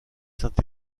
saint